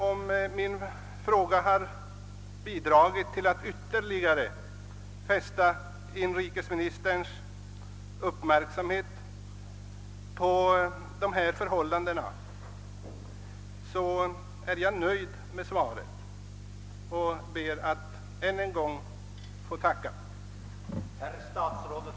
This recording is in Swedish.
Om min fråga har bidragit till att ytterligare fästa inrikesministerns uppmärksamhet på dessa förhållanden, så är jag nöjd med svaret och ber att än en gång få tacka inrikesministern.